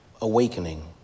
awakening